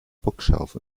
bookshelf